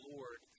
Lord